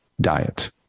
diet